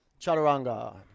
Chaturanga